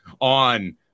on